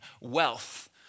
Wealth